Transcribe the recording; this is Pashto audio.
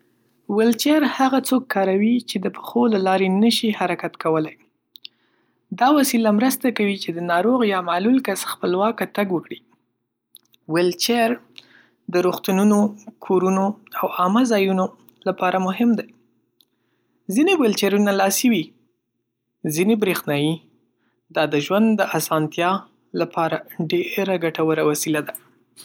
ویلچېر هغه څوک کاروي چې د پښو له لارې نه شي حرکت کولی. دا وسیله مرسته کوي چې ناروغ یا معلول کس خپلواکه تګ وکړي. ویلچېر د روغتونونو، کورونو او عامه ځایونو لپاره مهم دی. ځینې ویلچېرونه لاسي وي، ځینې بریښنایي. دا د ژوند د آسانتیا لپاره ډېره ګټوره وسیله ده.